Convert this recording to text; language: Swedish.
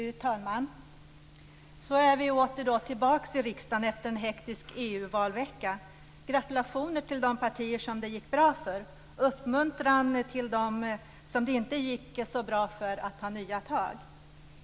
Fru talman! Så är vi åter tillbaka i riksdagen efter en hektisk EU-valvecka. Gratulationer till de partier som det gick bra för och uppmuntran till dem som det inte gick så bra för att ta nya tag!